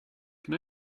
can